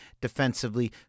defensively